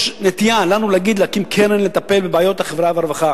יש לנו נטייה להגיד: להקים קרן לטפל בבעיות החברה והרווחה.